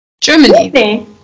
germany